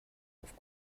auf